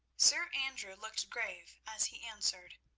sir andrew looked grave as he answered.